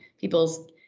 people's